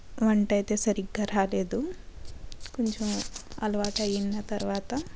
వంట అయితే సరిగ్గా రాలేదు కొంచెం అలవాటయిన తర్వాత